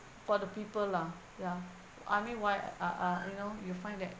for the people lah ya I mean why are are you know you find that